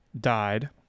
died